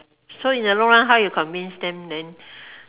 so in the long run how you convince them then